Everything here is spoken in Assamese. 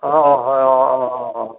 অঁ অঁ হয় অঁ অঁ অঁ অঁ